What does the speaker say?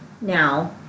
now